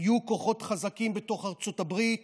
היו כוחות חזקים בתוך ארצות הברית